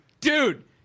Dude